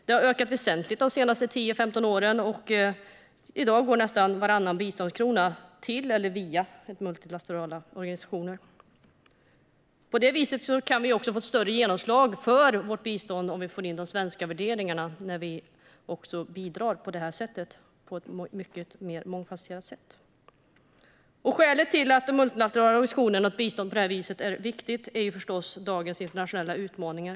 Det har ökat väsentligt de senaste 10-15 åren, och i dag går nästan varannan biståndskrona till eller via multilaterala organisationer. När vi bidrar på det här mycket mer mångfasetterade sättet och får in de svenska värderingarna kan vi också få ett större genomslag för vårt bistånd. Skälet till att bistånd till och via multilaterala organisationer är viktigt är förstås dagens internationella utmaningar.